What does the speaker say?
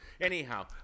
anyhow